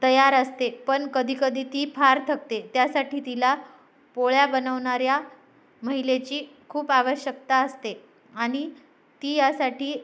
तयार असते आहे पण कधीकधी ती फार थकते आहे त्यासाठी तिला पोळ्या बनवणाऱ्या महिलेची खूप आवश्यकता असते आणि ती यासाठी